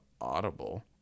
Audible